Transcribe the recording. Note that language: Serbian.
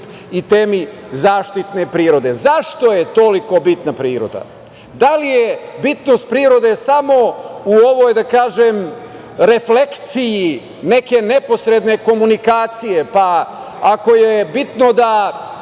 i temi zaštite prirode.Zašto je toliko bitna priroda? Da li je bitnost prirode samo u ovoj, da kažem, refleksiji neke neposredne komunikacije, pa ako je bitno da